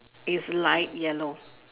is light yellow